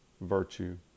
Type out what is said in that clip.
virtue